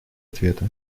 ответа